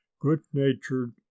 Good-natured